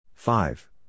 Five